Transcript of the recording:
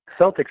celtics